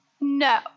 no